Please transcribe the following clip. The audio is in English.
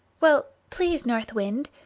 well, please, north wind,